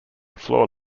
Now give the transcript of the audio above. floor